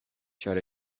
ĉar